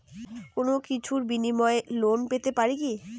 কোনো কিছুর বিনিময়ে লোন পেতে পারি কি?